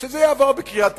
שזה יעבור בקריאה טרומית.